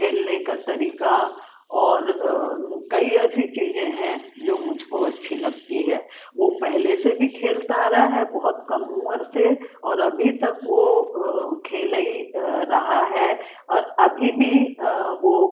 खेलने का तरीक़ा और कई ऐसी चीज़े हैं जो मुझ को अच्छी लगती है वो पहले से भी खेलता आ रहा है बहुत कम उमर से और अभी तक वो खेल ही रहा है और अभी भी वो